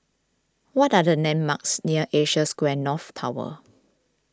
what are the landmarks near Asia Square North Tower